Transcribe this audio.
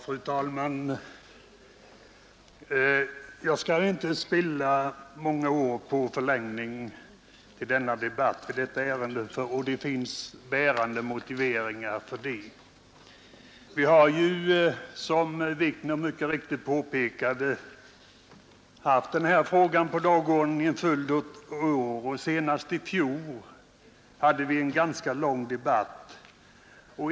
Fru talman! Jag skall inte med många ord förlänga debatten i detta ärende, och det finns bärande motiveringar för det. Vi har som herr Wikner mycket riktigt påpekade haft denna fråga på dagordningen under en följd av år. Senast i fjol hade vi en ganska lång debatt.